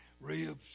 ribs